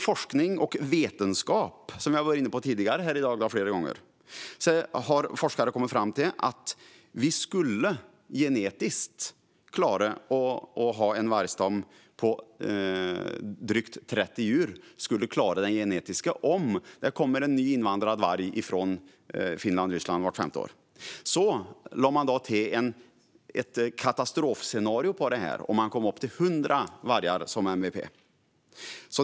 Forskning och vetenskap, som jag flera gånger har varit inne på tidigare här i dag, har kommit fram till att vi genetiskt skulle klara att ha en vargstam på drygt 30 djur, om det kommer en ny invandrad varg från Finland eller Ryssland vart femte år. Sedan lade man till ett katastrofscenario och kom upp till 100 vargar som MVP.